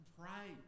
pray